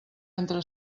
entre